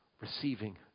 receiving